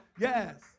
Yes